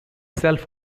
self